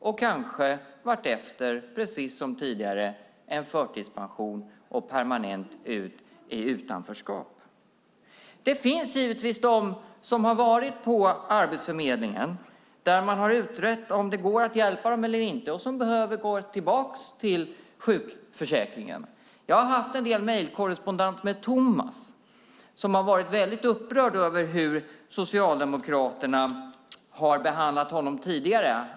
Och kanske blir det, precis som tidigare, en förtidspension och permanent utanförskap. Det finns givetvis personer som har varit på Arbetsförmedlingen som har utrett om det går att hjälpa dem eller inte och som behöver gå tillbaka till sjukförsäkringen. Jag har haft en del mejlkorrespondens med Tomas som har varit upprörd över hur Socialdemokraterna har behandlat honom tidigare.